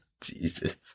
Jesus